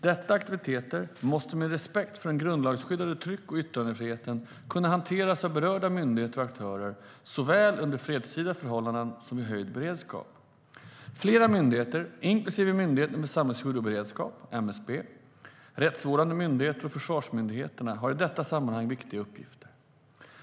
Dessa aktiviteter måste med respekt för den grundlagsskyddande tryck och yttrandefriheten kunna hanteras av berörda myndigheter och aktörer såväl under fredstida förhållanden som vid höjd beredskap. Flera myndigheter, inklusive Myndigheten för samhällsskydd och beredskap , rättsvårdande myndigheter och försvarsmyndigheterna har i detta sammanhang viktiga uppgifter.